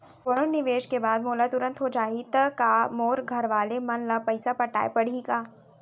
कोनो निवेश के बाद मोला तुरंत हो जाही ता का मोर घरवाले मन ला पइसा पटाय पड़ही का?